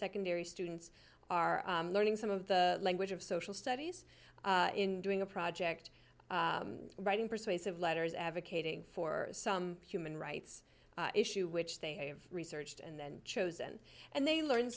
secondary students are learning some of the language of social studies in doing a project writing persuasive letters advocating for some human rights issue which they have researched and chosen and they learn